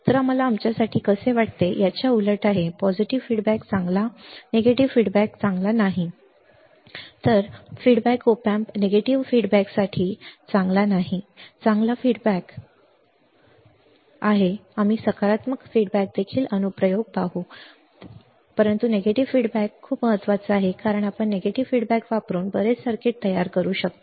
तर आम्हाला आमच्यासाठी कसे वाटते याच्या उलट आहे सकारात्मक अभिप्राय चांगला नकारात्मक अभिप्राय नाही चांगला नकारात्मक अभिप्राय ओप एएमप नकारात्मक अभिप्रायासाठी नाही चांगला सकारात्मक अभिप्राय आहे आम्ही सकारात्मक अभिप्रायावर देखील अनुप्रयोग पाहू बरोबर परंतु नकारात्मक अभिप्राय खूप महत्वाचा आहे कारण आपण नकारात्मक अभिप्राय वापरून बरेच सर्किट तयार करू शकतो